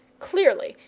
clearly,